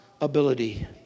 ability